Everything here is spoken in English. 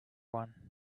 one